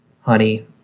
honey